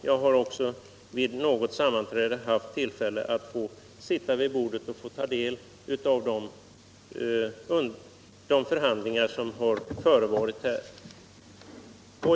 Jag har också vid något sammanträde haft tillfälle att sitta vid bordet och få ta del i de förhandlingar som har förevarit.